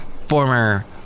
former